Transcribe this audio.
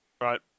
Right